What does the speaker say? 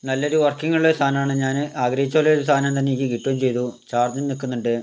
നല്ലൊരു വർക്കിംഗ് ഉള്ളൊരു സാധനാണ് ഞാൻ ആഗ്രഹിച്ച പോലൊരു സാധനം തന്നെ എനിക്ക് കിട്ടുകയും ചെയ്തു ചാർജും നിൽക്കുന്നുണ്ട്